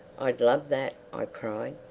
i'd love that! i cried.